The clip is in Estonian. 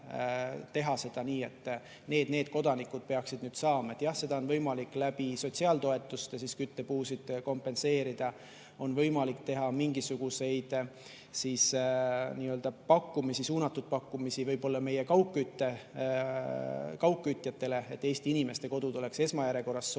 teha seda nii, et need-need kodanikud peaksid nüüd saama. Jah, on võimalik sotsiaaltoetuste kaudu küttepuid kompenseerida, on võimalik teha mingisuguseid pakkumisi, suunatud pakkumisi võib-olla meie kaugkütjatele, et Eesti inimeste kodud oleks esmajärjekorras soojad,